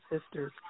sisters